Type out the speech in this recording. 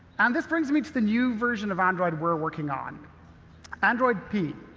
and this brings me to the new version of android we're working on android p.